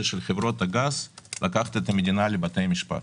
של חברות הגז לקחת את המדינה לבתי משפט.